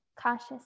cautious